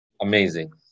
Amazing